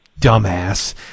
dumbass